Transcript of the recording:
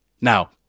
Now